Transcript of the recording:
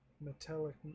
Metallic